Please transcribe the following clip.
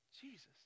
Jesus